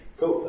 cool